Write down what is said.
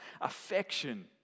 affection